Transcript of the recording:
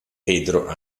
pedro